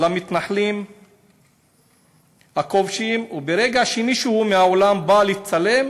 למתנחלים הכובשים, וברגע שמישהו מהעולם בא לצלם